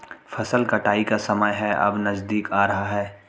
फसल कटाई का समय है अब नजदीक आ रहा है